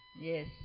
Yes